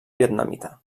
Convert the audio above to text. vietnamita